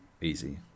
easy